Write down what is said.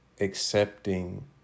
accepting